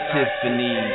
Tiffany